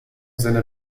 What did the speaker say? sinne